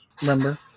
remember